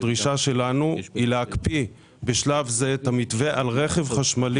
הדרישה שלנו היא להקפיא בשלב זה את המתווה על רכב חשמלי.